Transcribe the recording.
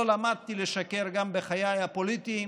לא למדתי לשקר גם בחיי הפוליטיים,